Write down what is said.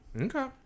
Okay